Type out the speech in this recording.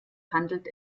handelt